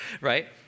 right